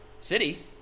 City